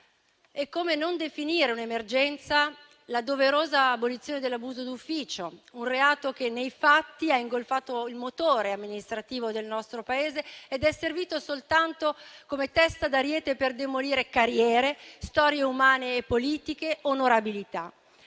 Come non definire un'emergenza la doverosa abolizione dell'abuso d'ufficio? Un reato che, nei fatti, ha ingolfato il motore amministrativo del nostro Paese ed è servito soltanto come testa d'ariete per demolire carriere, storie umane e politiche, onorabilità.